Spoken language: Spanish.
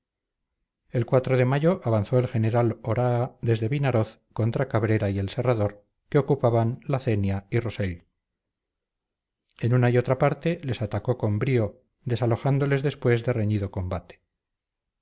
el de mayo avanzó el general oraa desde vinaroz contra cabrera y el serrador que ocupaban la cenia y rosell en una y otra parte les atacó con brío desalojándoles después de reñido combate